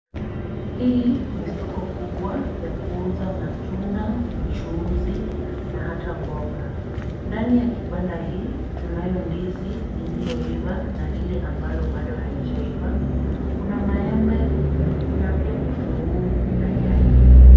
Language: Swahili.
Hii ni soko kubwa ya kuuza matunda, mchuzi na hata mboga. Ndani ya kibanda hii tunayo ndizi lililoiva na lile ambalo bado haijaiwa. Kuna maembe, kuna pia kitunguu na nyanya.